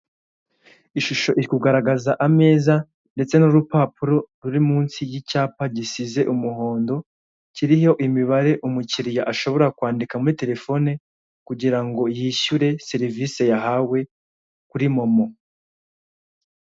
Ishusho iri kugaragaza ameza ndetse n'urupapuro ruri munsi y'icyapa gisize umuhondo kiriho imibare umukiriya ashobora kwandika muri terefone kugira ngo yishyure serivise yahawe kuri momo.